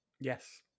yes